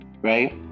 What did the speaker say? Right